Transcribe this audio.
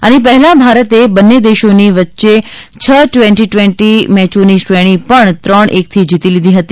આની પહેલા ભારતે બંને દેશોની વચ્ચે છ ટવેન્ટી ટવેન્ટી મેચોની શ્રેણી પણ ત્રણ એક થી જીતી લીધી હતી